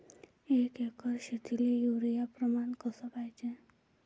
एक एकर शेतीले युरिया प्रमान कसे पाहिजे?